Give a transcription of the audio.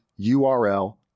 URL